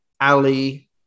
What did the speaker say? Ali